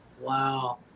Wow